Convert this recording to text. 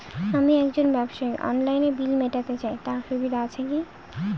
আমি একজন ব্যবসায়ী অনলাইনে বিল মিটাতে চাই তার সুবিধা আছে কি?